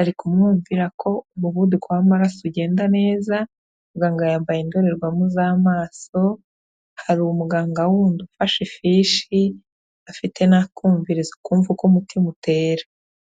arikumwumvira ko umuvuduko w'amaraso ugenda neza muganga yambaye indorerwamo z'amaso hari umuganga w'undi ufashe ifishi afite n'akumvirizo kumva uko umutima utera.